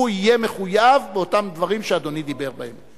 הוא יהיה מחויב באותם דברים שאדוני דיבר בהם.